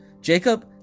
Jacob